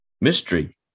mystery